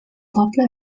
poble